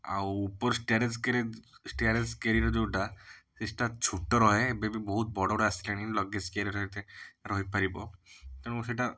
ଆଉ ଉପର storage carriage storage carrier ଯେଉଁଟା ସିଟ୍ଟା ଛୋଟ ରୁହେ ଏବେ ବହୁତ ବଡ଼ ବଡ଼ ଆସିଲାଣି ଲଗେଜ୍ କେରିୟର ରହିଥାଏ ରହିପାରିବ ତେଣୁ ସେଇଟା